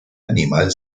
animal